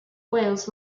wales